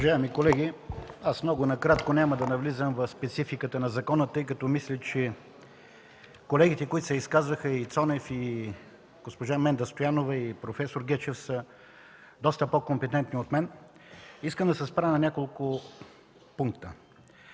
Уважаеми колеги, много накратко, няма да навлизам в спецификата на закона, тъй като мисля, че колегите, които се изказаха – и Цонев, и госпожа Менда Стоянова, и проф. Гечев, са доста по-компетентни от мен. Искам да се спра на няколко пункта.